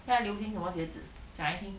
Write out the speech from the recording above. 现在流行什么鞋子讲来听